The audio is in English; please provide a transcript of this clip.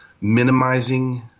minimizing